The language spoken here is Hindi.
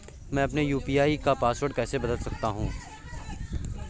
मैं अपने यू.पी.आई का पासवर्ड कैसे बदल सकता हूँ?